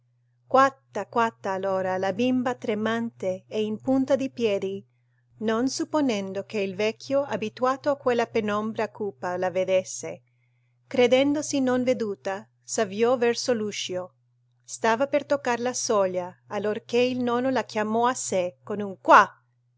quatta quatta allora la bimba tremante e in punta di piedi non supponendo che il vecchio abituato a quella penombra cupa la vedesse credendosi non veduta s'avviò verso l'uscio stava per toccar la soglia allorché il nonno la chiamò a sé